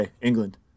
England